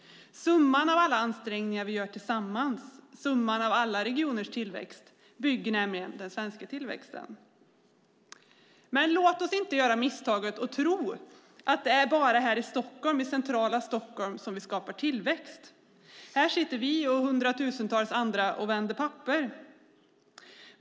Summan av alla ansträngningar vi gör tillsammans, summan av alla regioners tillväxt bygger nämligen den svenska tillväxten. Men låt oss inte göra misstaget att tro att det bara är i centrala Stockholm som vi skapar tillväxt. Här sitter vi och hundratusentals andra och vänder papper.